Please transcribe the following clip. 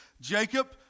Jacob